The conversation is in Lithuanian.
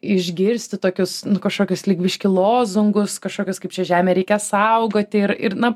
išgirsti tokius nu kažkokius lyg biški lozungus kažkokius kaip čia žemę reikia saugoti ir ir na